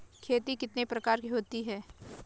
खेती कितने प्रकार की होती है?